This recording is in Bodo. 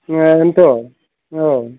बेनोथ' औ